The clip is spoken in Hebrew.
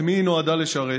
את מי היא נועדה לשרת?